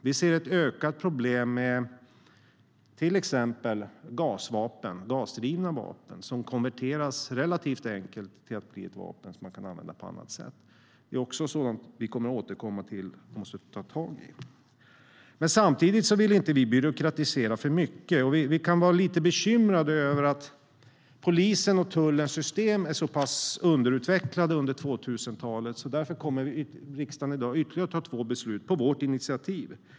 Vi ser också ett ökat problem med till exempel gasvapen, gasdrivna vapen, som relativt enkelt kan konverteras till vapen som man kan använda på annat sätt. Också det är sådant som vi kommer att återkomma till och som vi måste ta tag i. Samtidigt vill vi inte byråkratisera för mycket. Vi är lite bekymrade över att polisens och tullens system är så pass underutvecklade på 2000-talet. Därför kommer riksdagen i dag att fatta ytterligare två beslut på vårt initiativ.